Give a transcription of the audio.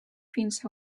fins